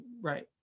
Right